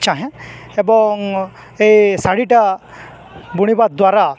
ଚାହେଁ ଏବଂ ଏଇ ଶାଢ଼ୀଟା ବୁଣିବା ଦ୍ୱାରା